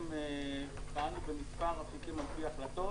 פעלנו במספר אפיקים על פי החלטות.